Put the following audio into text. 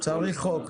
צריך חוק,